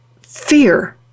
fear